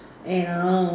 and